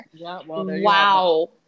Wow